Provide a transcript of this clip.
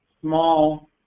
small